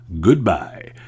Goodbye